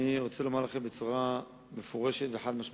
אני רוצה לומר לכם בצורה מפורשת וחד-משמעית: